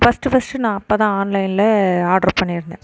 first first நான் அப்போதான் ஆன்லைன்ல ஆட்ரு பண்ணிருந்தேன்